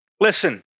listen